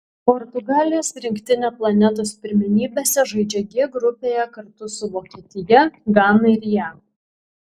portugalijos rinktinė planetos pirmenybėse žaidžia g grupėje kartu su vokietija gana ir jav